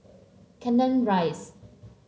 Canning Rise